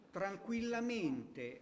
tranquillamente